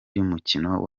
y’umukino